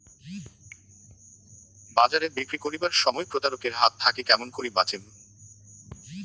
বাজারে বিক্রি করিবার সময় প্রতারক এর হাত থাকি কেমন করি বাঁচিমু?